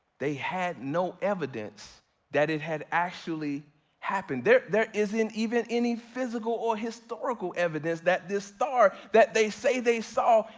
they had no evidence that it had actually happened. there there isn't even any physical or historical evidence that this star that they say they saw,